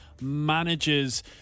manages